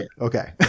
Okay